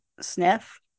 sniff